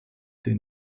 den